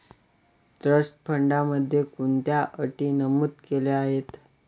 Trust फंडामध्ये कोणत्या अटी नमूद केल्या आहेत?